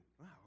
wow